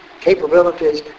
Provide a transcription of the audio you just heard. capabilities